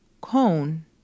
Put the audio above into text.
cone